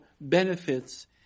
benefits